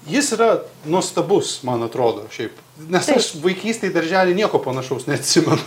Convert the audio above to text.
jis yra nuostabus man atrodo šiaip nes aš vaikystėj darželyje nieko panašaus neatsimenu